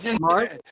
Mark